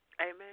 Amen